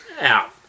Out